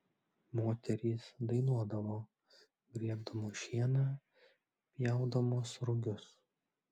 moterys dainuodavo grėbdamos šieną pjaudamos rugius